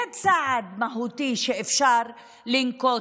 זה צעד מהותי שאפשר לנקוט.